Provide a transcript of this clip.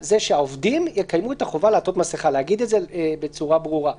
זה שהעובדים יקיימו את החובה לעטות מסיכה להגיד את זה בצורה ברורה.